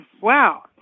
Wow